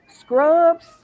scrubs